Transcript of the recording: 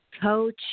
coach